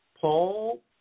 Paul